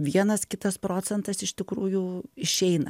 vienas kitas procentas iš tikrųjų išeina